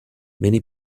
many